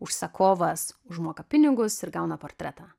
užsakovas užmoka pinigus ir gauna portretą